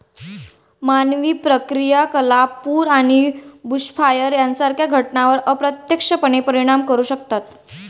मानवी क्रियाकलाप पूर आणि बुशफायर सारख्या घटनांवर अप्रत्यक्षपणे परिणाम करू शकतात